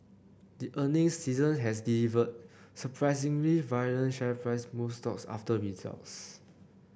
this earnings season has delivered surprisingly violent share price moves stocks after results